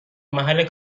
محل